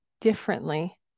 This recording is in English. differently